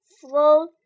flow